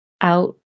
out